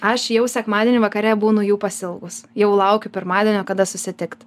aš jau sekmadienį vakare būnu jų pasiilgus jau laukiu pirmadienio kada susitikt